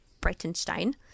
Breitenstein